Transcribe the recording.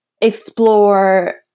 explore